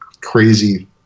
crazy